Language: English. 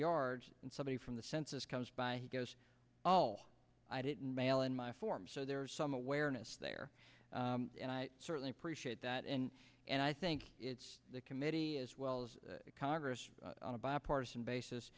yards and somebody from the census comes by he goes oh i didn't mail in my form so there's some awareness there certainly appreciate that and and i think it's the committee as well as congress on a bipartisan basis